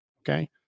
Okay